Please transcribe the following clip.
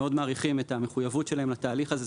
מאוד מעריכים את המחויבות שלהם לתהליך הזה,